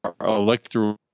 electoral